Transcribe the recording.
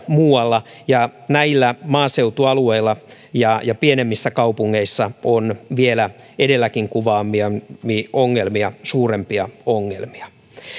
muualla ja näillä maaseutualueilla ja ja pienemmissä kaupungeissa on vielä edellä kuvaamiani ongelmia suurempiakin ongelmia